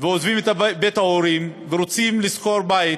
ועוזבים את בית ההורים ורוצים לשכור בית.